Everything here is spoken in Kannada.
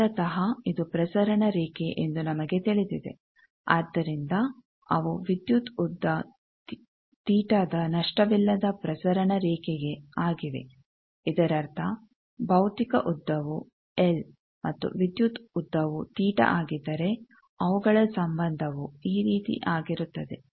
ಮೂಲತಃ ಇದು ಪ್ರಸರಣ ರೇಖೆ ಎಂದು ನಮಗೆ ತಿಳಿದಿದೆ ಆದ್ದರಿಂದ ಅವು ವಿದ್ಯುತ್ ಉದ್ದ ತೀಟtheta θದ ನಷ್ಟವಿಲ್ಲದ ಪ್ರಸರಣ ರೇಖೆಗೆ ಆಗಿವೆ ಇದರರ್ಥ ಭೌತಿಕ ಉದ್ದವು ಎಲ್ ಮತ್ತು ವಿದ್ಯುತ್ ಉದ್ದವು ತೀಟtheta θ ಆಗಿದ್ದರೆ ಅವುಗಳ ಸಂಬಂಧವು ಈ ರೀತಿ ಆಗಿರುತ್ತದೆ